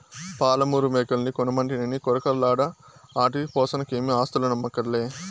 పాలమూరు మేకల్ని కొనమంటినని కొరకొరలాడ ఆటి పోసనకేమీ ఆస్థులమ్మక్కర్లే